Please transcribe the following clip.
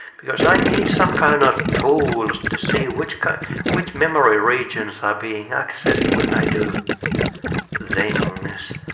because i need some kind of tools to see which which memory regions are being accessed when i do things.